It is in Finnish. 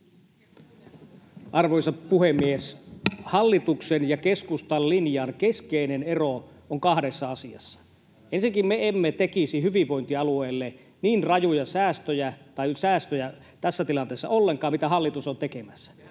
Arvoisa puhemies! Hallituksen ja keskustan linjan keskeinen ero on kahdessa asiassa: Ensinnäkään me emme tekisi hyvinvointialueille tässä tilanteessa ollenkaan niin rajuja säästöjä